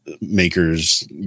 makers